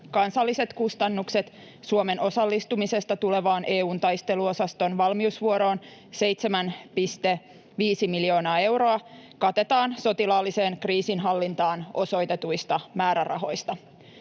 Kansalliset kustannukset Suomen osallistumisesta tulevaan EU:n taisteluosaston valmiusvuoroon, 7,5 miljoonaa euroa, katetaan sotilaalliseen kriisinhallintaan osoitetuista määrärahoista.